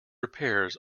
repairs